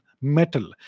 metal